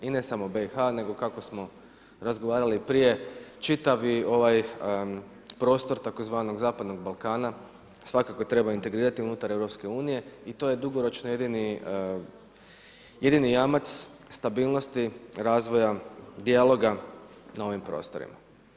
I ne samo BIH, nego kako smo razgovarali i prije, čitavi ovaj prostor tzv. zapadnog Balkana svakako treba integrirati unutar EU i to je dugoročno jedini jamac stabilnosti razvoja dijaloga na ovim prostorima.